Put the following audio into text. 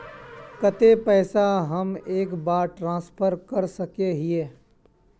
केते पैसा हम एक बार ट्रांसफर कर सके हीये?